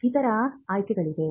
ಇತರ ಆಯ್ಕೆಗಳಿವೆ